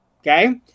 Okay